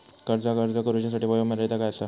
कर्जाक अर्ज करुच्यासाठी वयोमर्यादा काय आसा?